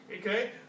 Okay